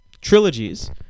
Trilogies